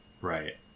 Right